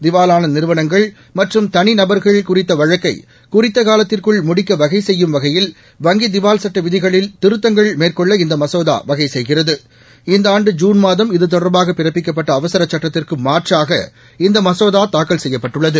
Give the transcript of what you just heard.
திவாலான நிறுவனங்கள் மற்றும் தனிநபர்கள் குறித்த வழக்கை குறித்த காலத்திற்குள் முடிக்க வகை செய்யும் வகையில் வங்கி திவால் சட்ட விதிகளில் திருத்தங்கள் மேற்கொள்ள இந்த மசோதா வகை செய்கிறது இந்த ஆண்டு ஜூன் மாதம் இதுதொடர்பாக பிறப்பிக்கப்பட்ட அவசர் சுட்டத்திற்கு மாற்றாக இந்த மசோதா தாக்கல் செய்யப்பட்டுள்ளது